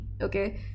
okay